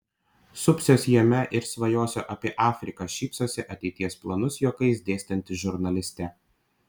supsiuosi jame ir svajosiu apie afriką šypsosi ateities planus juokais dėstanti žurnalistė